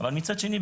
אבל מצד שני,